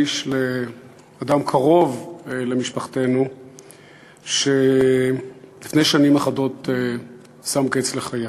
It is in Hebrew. לאדם קרוב למשפחתנו שלפני שנים אחדות שם קץ לחייו.